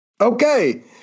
Okay